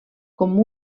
com